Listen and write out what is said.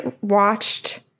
watched